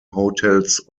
hotels